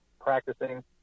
practicing